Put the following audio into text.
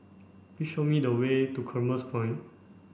please show me the way to Commerce Point